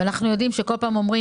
ואנחנו יודעים שכל פעם אומרים,